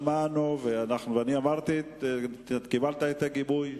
שמענו, וקיבלת את הגיבוי.